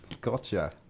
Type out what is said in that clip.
Gotcha